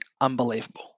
unbelievable